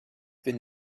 been